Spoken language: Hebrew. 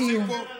לסיום.